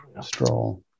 Stroll